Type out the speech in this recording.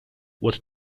what